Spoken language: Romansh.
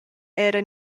era